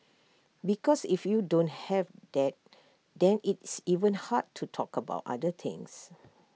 because if you don't have that then it's even hard to talk about other things